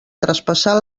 traspassar